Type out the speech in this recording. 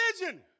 religion